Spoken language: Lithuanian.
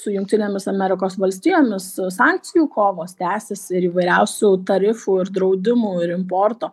su jungtinėmis amerikos valstijomis sankcijų kovos tęsiasi ir įvairiausių tarifų ir draudimų ir importo